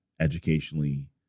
educationally